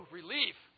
relief